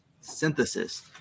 synthesis